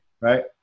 right